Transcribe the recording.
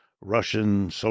Russian